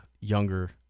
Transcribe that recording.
younger